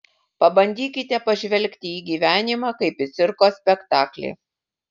pabandykite pažvelgti į gyvenimą kaip į cirko spektaklį